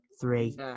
three